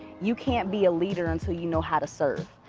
you can't be a leader until you know how to serve.